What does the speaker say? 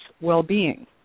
well-being